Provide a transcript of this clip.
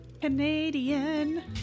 Canadian